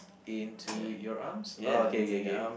Into Your Arms oh K K K